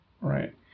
right